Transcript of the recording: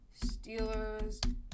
Steelers